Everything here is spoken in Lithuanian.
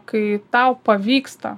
kai tau pavyksta